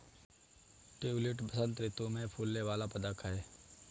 tulip बसंत ऋतु में फूलने वाला पदक है